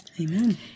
Amen